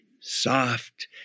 soft